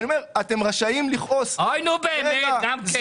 אתם רשאים לכעוס --- אוי נו באמת, גם כן.